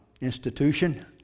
institution